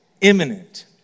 imminent